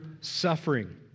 Suffering